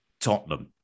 Tottenham